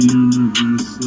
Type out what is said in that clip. universe